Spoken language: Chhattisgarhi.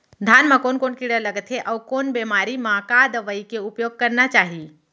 धान म कोन कोन कीड़ा लगथे अऊ कोन बेमारी म का दवई के उपयोग करना चाही?